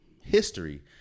history